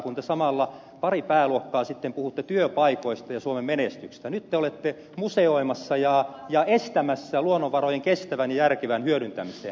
kun te pari pääluokkaa sitten puhuitte työpaikoista ja suomen menestyksestä niin nyt te olette museoimassa ja estämässä luonnonvarojen kestävän ja järkevän hyödyntämisen